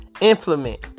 implement